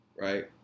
Right